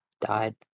died